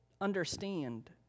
understand